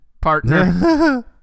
partner